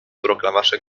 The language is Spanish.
proclamarse